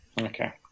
Okay